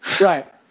Right